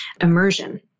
immersion